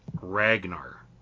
Ragnar